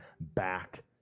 back